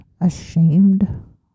ashamed